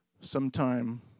sometime